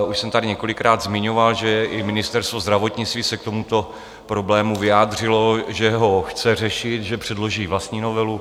Už jsem tady několikrát zmiňoval, že i Ministerstvo zdravotnictví se k tomuto problému vyjádřilo, že ho chce řešit, že předloží vlastní novelu.